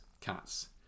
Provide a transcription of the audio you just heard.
cats